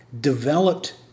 developed